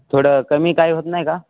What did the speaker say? थोडं कमी काय होत नाही का